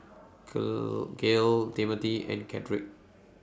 Girl Gayle Timmothy and Cedrick